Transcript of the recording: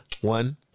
One